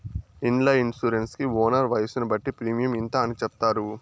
ఇండ్ల ఇన్సూరెన్స్ కి ఓనర్ వయసును బట్టి ప్రీమియం ఇంత అని చెప్తారు